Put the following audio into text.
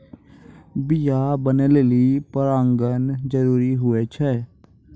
बीया बनै लेलि परागण जरूरी होय छै